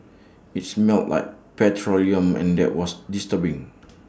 IT smelt like petroleum and there was disturbing